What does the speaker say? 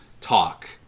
talk